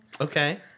Okay